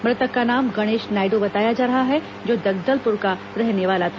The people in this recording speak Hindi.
मृतक का नाम गणेश नायडू बताया जा रहा है जो जगदलपुर का रहने वाला था